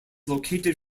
located